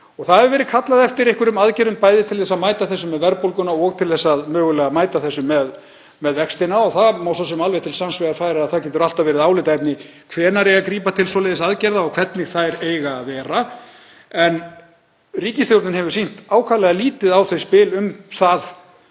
Kallað hefur verið eftir einhverjum aðgerðum, bæði til að mæta þessu með verðbólguna og til þess mögulega að mæta þessu með vextina. Það má svo sem alveg til sanns vegar færa að það getur alltaf verið álitaefni hvenær eigi að grípa til svoleiðis aðgerða og hvernig þær eiga að vera. En ríkisstjórnin hefur sýnt ákaflega lítið á þau spil um það